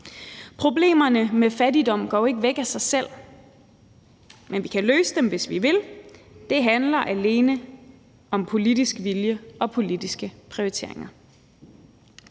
Problemerne med fattigdom går jo ikke væk af sig selv, men vi kan løse dem, hvis vi vil. Det handler alene om politisk vilje og politiske prioriteringer.